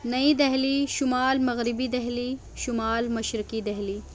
نئی دہلی شمال مغربی دہلی شمال مشرقی دہلی